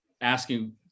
asking